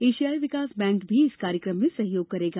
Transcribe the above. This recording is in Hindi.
एशियाई विकास बैंक भी इस कार्यक्रम में सहयोग करेगा